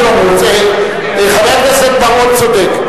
חבר הכנסת בר-און צודק.